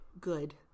good